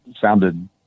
sounded